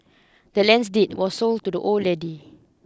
the land's deed was sold to the old lady